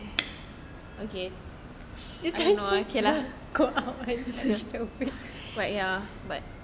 you can actually go out shall we